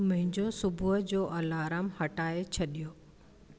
मुंहिंजो सुबुह जो अलार्म हटाइ छॾियो